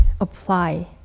apply